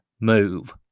move